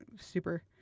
super